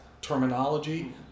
terminology